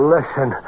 Listen